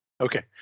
Okay